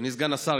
אדוני סגן השר,